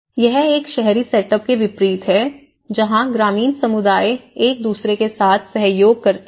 यह एक शहरी सेटअप के विपरीत है जहां ग्रामीण समुदाय एक दूसरे के साथ सहयोग करते हैं